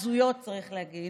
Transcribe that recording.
הזויות, צריך להגיד